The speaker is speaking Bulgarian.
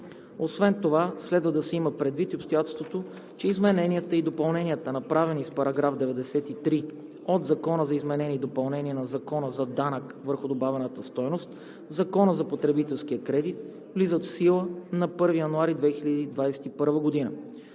Освен това следва да се има предвид и обстоятелството, че измененията и допълненията, направени с § 93 от Закона за изменение и допълнение на Закона за данък върху добавената стойност в Закона за потребителския кредит, влизат в сила на 1 януари 2021 г.